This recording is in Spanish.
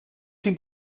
sin